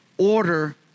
order